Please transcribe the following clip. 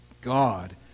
God